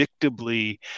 predictably